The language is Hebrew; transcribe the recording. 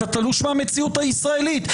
אתה תלוש מהמציאות הישראלית.